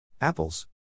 Apples